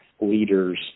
leaders